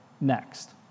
next